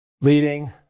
leading